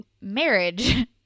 marriage